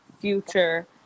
future